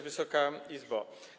Wysoka Izbo!